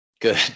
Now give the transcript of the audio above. good